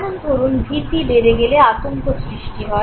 যেমন ধরুন ভীতি বেড়ে গেলে আতঙ্ক সৃষ্টি হয়